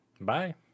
Bye